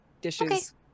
dishes